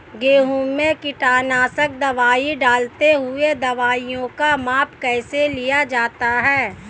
गेहूँ में कीटनाशक दवाई डालते हुऐ दवाईयों का माप कैसे लिया जाता है?